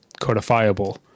codifiable